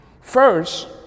first